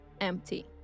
empty